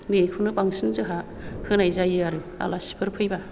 बेखौनो बांसिन जोंहा होनाय जायो आरो आलासिफोर फैबा